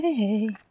hey